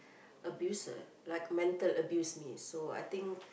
abuser like mental abuse me so I think